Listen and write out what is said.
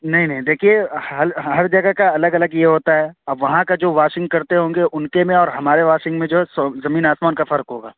نہیں نہیں دیکھیے ہل ہر جگہ کا الگ الگ یہ ہوتا ہے اب وہاں کا جو واشنگ کرتے ہوں گے ان کے میں اور ہمارے واشنگ میں جو ہے سو زمین آسمان کا فرق ہوگا